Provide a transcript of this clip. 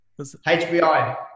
HBI